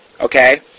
Okay